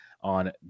on